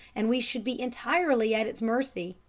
and we should be entirely at its mercy.